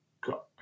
got